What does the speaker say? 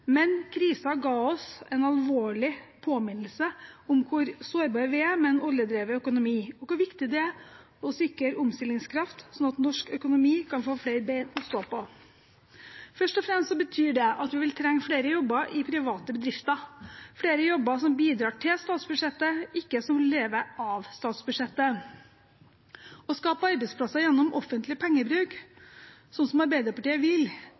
men krisen ga oss en alvorlig påminnelse om hvor sårbare vi er med en oljedrevet økonomi, og hvor viktig det er å sikre omstillingskraften, slik at norsk økonomi kan få flere ben å stå på. Først og fremst betyr det at vi vil trenge flere jobber i private bedrifter, flere jobber som bidrar til statsbudsjettet, ikke som lever av statsbudsjettet. Å skape arbeidsplasser gjennom offentlig pengebruk, slik Arbeiderpartiet vil,